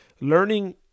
learning